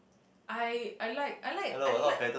I I like I like I like